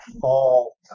fall